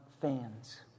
fans